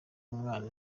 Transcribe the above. umwana